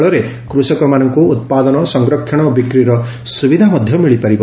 ଫଳରେ କୃଷକମାନଙ୍କୁ ଉତାଦନ ସଂରକ୍ଷଣ ଓ ବିକ୍ରିର ସୁବିଧା ମିଳିପାରିବ